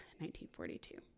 1942